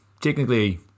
technically